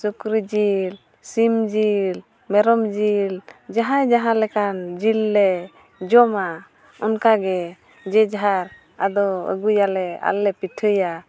ᱥᱩᱠᱨᱤ ᱡᱤᱞ ᱥᱤᱢ ᱡᱤᱞ ᱢᱮᱨᱚᱢ ᱡᱤᱞ ᱡᱟᱦᱟᱸᱭ ᱡᱟᱦᱟᱸ ᱞᱮᱠᱟᱱ ᱡᱤᱞ ᱞᱮ ᱡᱚᱢᱟ ᱚᱱᱠᱟᱜᱮ ᱡᱮ ᱡᱟᱦᱟᱨ ᱟᱫᱚ ᱟᱹᱜᱩᱭᱟᱞᱮ ᱟᱨᱞᱮ ᱯᱤᱴᱷᱟᱹᱭᱟ